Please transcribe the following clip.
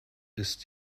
ist